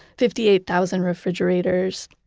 fifty eight thousand refrigerators.